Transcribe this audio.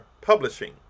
Publishing